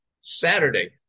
Saturday